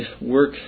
work